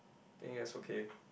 think that's okay